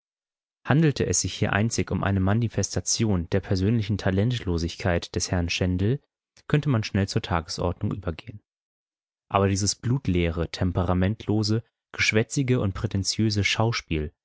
handelte es sich hier einzig um eine manifestation der persönlichen talentlosigkeit des herrn schendell könnte man schnell zur tagesordnung übergehen aber dieses blutleere temperamentlose geschwätzige und prätentiöse schauspiel